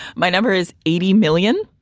my number is eighty million,